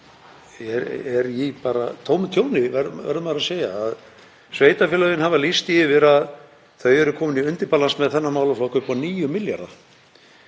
er í tómu tjóni, verður maður að segja. Sveitarfélögin hafa lýst því yfir að þau eru komin í undirballans með þennan málaflokk upp á 9 milljarða.